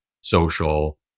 social